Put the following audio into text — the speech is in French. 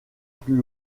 plus